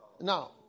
Now